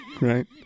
Right